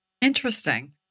Interesting